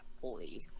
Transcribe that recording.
fully